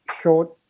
short